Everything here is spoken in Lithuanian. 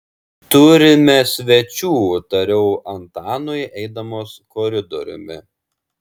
turime svečių tariau antanui eidamas koridoriumi